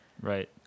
Right